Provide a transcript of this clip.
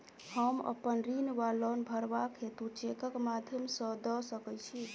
हम अप्पन ऋण वा लोन भरबाक हेतु चेकक माध्यम सँ दऽ सकै छी?